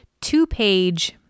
two-page